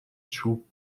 چوب